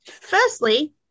firstly